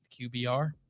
QBR